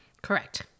Correct